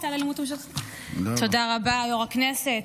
יו"ר הכנסת.